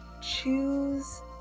choose